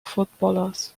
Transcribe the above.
footballers